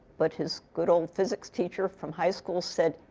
but his good old physics teacher from high school said,